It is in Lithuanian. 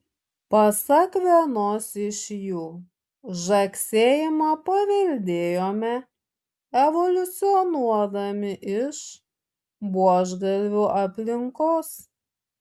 pasak vienos iš jų žagsėjimą paveldėjome evoliucionuodami iš buožgalvių aplinkos